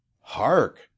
hark